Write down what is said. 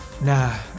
Nah